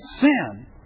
sin